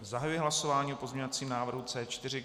Zahajuji hlasování o pozměňovacím návrhu C4.